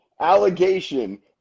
allegation